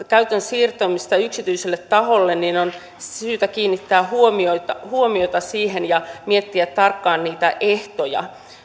käytön siirtämistä yksityiselle taholle on syytä kiinnittää huomiota huomiota siihen ja miettiä tarkkaan niitä ehtoja